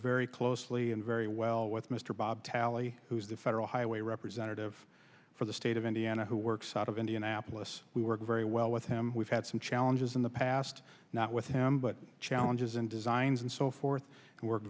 very closely and very well with mr bob talley who is the federal highway representative for the state of indiana who works out of indian apple us we work very well with him we've had some challenges in the past not with him but challenges and designs and so forth we work